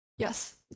Yes